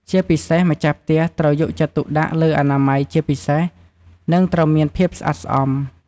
ជាពិសេសម្ចាស់ផ្ទះត្រូវយកចិត្តទុកដាក់លើអនាម័យជាពិសេស និងត្រូវមានភាពស្អាតស្អំ។